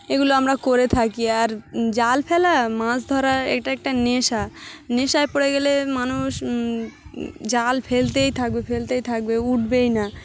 এগুলো আমরা করে থাকি আর জাল ফেলা মাছ ধরার একটা একটা নেশা নেশায় পড়ে গেলে মানুষ জাল ফেলতেই থাকবে ফেলতেই থাকবে উঠবেই না